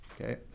Okay